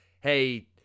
hey